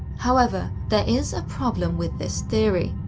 however, there is a problem with this theory.